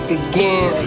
again